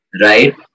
right